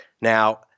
Now